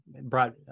brought